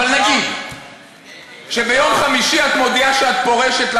אבל נגיד שביום חמישי את מודיעה שאת פורשת,